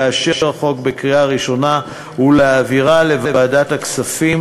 לאשר את הצעת החוק בקריאה ראשונה ולהעבירה לוועדת הכספים.